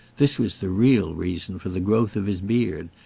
this was the real reason for the growth of his beard,